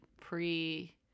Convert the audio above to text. pre